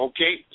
Okay